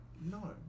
no